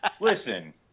listen